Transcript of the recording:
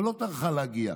אבל לא טרחה להגיע,